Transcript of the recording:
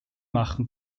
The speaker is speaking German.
machen